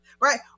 right